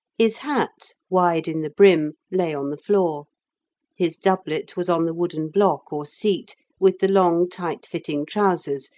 his hat, wide in the brim, lay on the floor his doublet was on the wooden block or seat, with the long tight-fitting trousers,